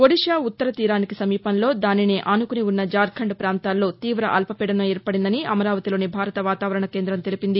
ఒడిషా ఉత్తర తీరానికి సమీపంలో దానిని ఆనుకుని ఉన్న ఝార్ఖండ్ పాంతాల్లో తీవ అల్పపీడనం ఏర్పడిందని అమరావతిలోని భారత వాతావరణ కేందం తెలిపింది